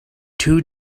two